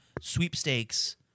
sweepstakes